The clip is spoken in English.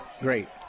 great